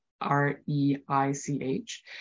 R-E-I-C-H